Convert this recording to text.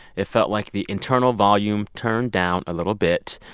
it felt like the internal volume turned down a little bit.